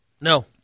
No